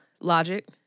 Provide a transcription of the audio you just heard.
Logic